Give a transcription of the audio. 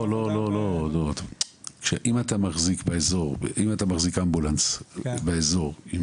אם אתה מחזיק אמבולנס באזור עם